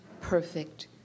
perfect